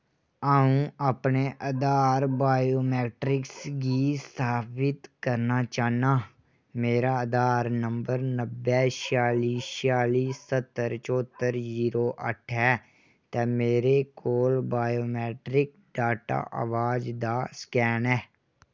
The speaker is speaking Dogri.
अ'ऊं अपने आधार बायैमेट्रिक्स गी सत्यापत करना चाह्न्नां मेरा आधार नंबर नब्बै छिआली छिआली स्हत्तर च्होत्तर जीरो अट्ठ ऐ ते मेरे कोल बायोमैट्रिक डाटा अबाज दा स्कैन ऐ